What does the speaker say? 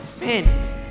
man